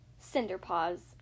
Cinderpaws